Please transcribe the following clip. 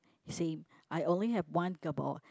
same I only have one